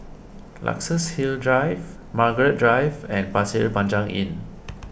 Luxus Hill Drive Margaret Drive and Pasir Panjang Inn